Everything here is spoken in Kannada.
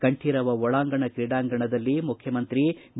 ಕಂಠೀರವ ಒಳಾಂಗಣ ಕ್ರೀಡಾಂಗಣದಲ್ಲಿ ಮುಖ್ಯಮಂತ್ರಿ ಬಿ